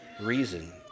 reason